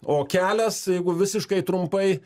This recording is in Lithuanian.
o kelias jeigu visiškai trumpai